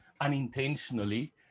unintentionally